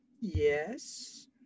Yes